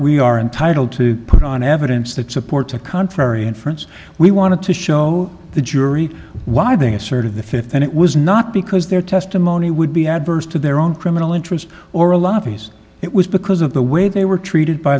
we are entitled to put on evidence that supports a contrary inference we want to show the jury why they assert of the fifth and it was not because their testimony would be adverse to their own criminal interests or a lobbyist it was because of the way they were treated by